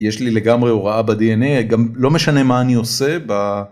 יש לי לגמרי הוראה בדי.אן.איי גם לא משנה מה אני עושה ב...